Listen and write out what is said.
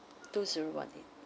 two zero one eight